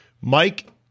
Mike